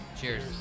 Cheers